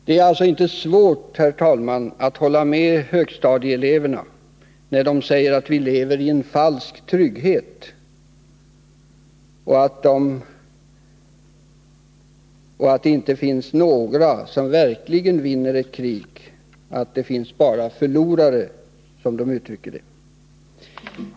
Det är alltså inte svårt, herr talman, att hålla med högstadieeleverna, när de säger att vi lever i en falsk trygghet och att det inte finns några som verkligen vinner ett krig. Det finns bara förlorare, som de uttrycker det.